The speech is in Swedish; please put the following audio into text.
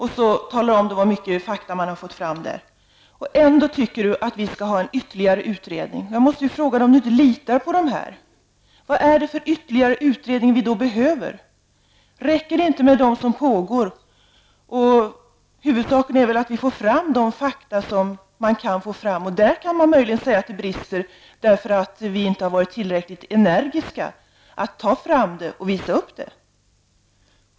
Så talar hon om hur mycket fakta som man där har fått fram. Ändå tycker hon att vi skall ha en ytterligare utredning. Jag måste då fråga om inte Eva Goe s litar på dem vi har. Vad är det för ytterligare utredning som vi behöver? Räcker det inte med dem som pågår? Huvudsaken är väl att vi får fram de fakta som det går att få fram. Där kan man möjligen säga att det brister, därför att vi inte har varit tillräckligt energiska att ta fram och visa upp fakta.